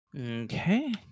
Okay